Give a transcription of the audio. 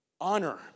Honor